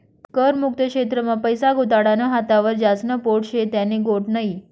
कर मुक्त क्षेत्र मा पैसा गुताडानं हातावर ज्यास्न पोट शे त्यानी गोट नै